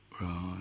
Right